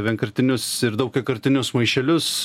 vienkartinius ir daugiakartinius maišelius